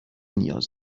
نیاز